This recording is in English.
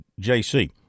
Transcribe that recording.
JC